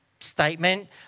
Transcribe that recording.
statement